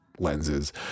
lenses